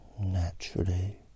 Naturally